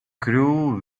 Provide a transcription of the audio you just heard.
crew